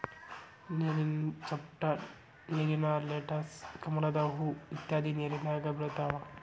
ನೇರಿನ ಚಸ್ನಟ್, ನೇರಿನ ಲೆಟಸ್, ಕಮಲದ ಹೂ ಇತ್ಯಾದಿ ನೇರಿನ್ಯಾಗ ಬೆಳಿತಾವ